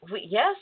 Yes